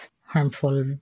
harmful